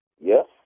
Yes